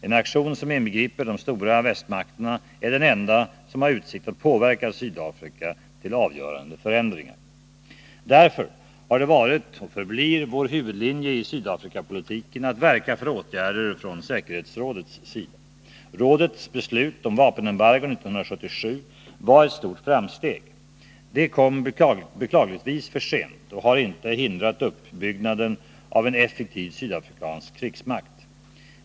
En aktion som inbegriper de stora västmakterna är den enda som har utsikt att påverka Sydafrika till avgörande förändringar. Därför har det varit och förblir vår huvudlinje i Sydafrikapolitiken att verka för åtgärder från säkerhetsrådets sida. Rådets beslut om vapenembargo 1977 var ett stort framsteg. Det kom beklagligtvis för sent och har inte hindrat uppbyggnaden av en effektiv sydafrikansk krigsmakt.